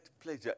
pleasure